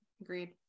agreed